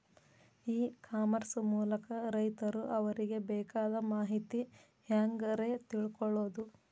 E commerce ಮೂಲಕ ರೈತರು ಅವರಿಗೆ ಬೇಕಾದ ಮಾಹಿತಿ ಹ್ಯಾಂಗ ರೇ ತಿಳ್ಕೊಳೋದು?